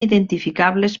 identificables